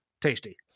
tasty